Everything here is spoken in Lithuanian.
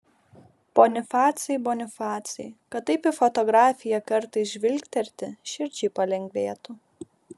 bonifacai bonifacai kad taip į fotografiją kartais žvilgterti širdžiai palengvėtų